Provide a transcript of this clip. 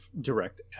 direct